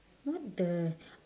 what the